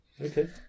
Okay